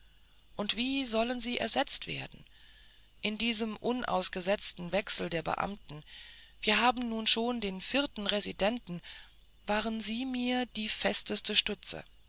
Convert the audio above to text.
und wie sollen sie ersetzt werden in diesem unausgesetzten wechsel der beamten wir haben nun schon den vierten residenten waren sie mir die festeste stütze